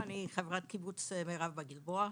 אני חברת קיבוץ מירב בגלבוע.